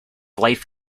life